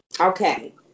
Okay